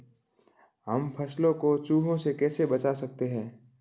हम फसलों को चूहों से कैसे बचा सकते हैं?